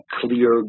clear